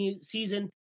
season